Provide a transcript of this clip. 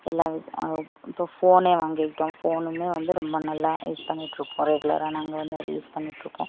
எல்லா இப்போ ஃபோனே வாங்கிக்கிட்டாலும் ஃபோனுமே வந்து ரொம்ப நல்லா யூஸ் பண்ணிட்டுருப்போம் ரெகுலரா நாங்கள் வந்து அதை யூஸ் பண்ணிட்டுருப்போம்